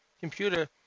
computer